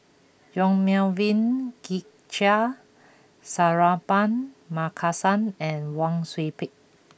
Yong Melvin Yik Chye Suratman Markasan and Wang Sui Pick